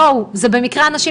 חייבת לומר שזכיתי לתמוך בערן בערך